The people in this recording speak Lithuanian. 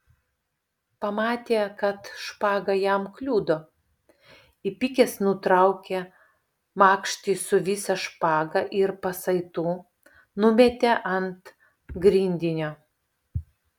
pamatė kad špaga jam kliudo įpykęs nutraukė makštį su visa špaga ir pasaitu numetė ant grindinio